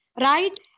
right